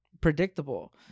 predictable